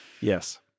Yes